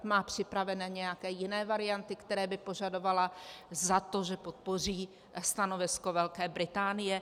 Má připravené nějaké jiné varianty, které by požadovala za to, že podpoří stanovisko Velké Británie?